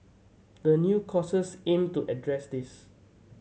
the new courses aim to address this